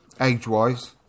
age-wise